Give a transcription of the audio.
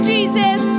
Jesus